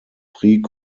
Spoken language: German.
prix